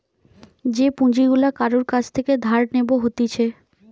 যে পুঁজি গুলা কারুর কাছ থেকে ধার নেব হতিছে